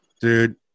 Dude